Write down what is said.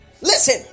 Listen